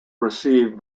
received